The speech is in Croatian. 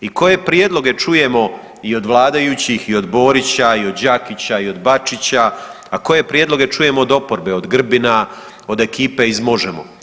I koje prijedloge čujemo i od vladajućih i od Borića i od Đakića i od Bačića, a koje prijedloge čujemo od oporbe, od Grbina, od ekipe iz Možemo?